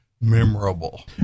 memorable